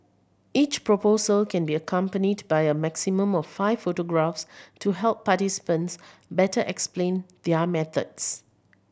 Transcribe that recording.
each proposal can be accompanied by a maximum of five photographs to help participants better explain their methods